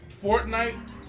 Fortnite